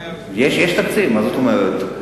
יש תקציב, מה זאת אומרת.